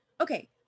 Okay